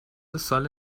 سال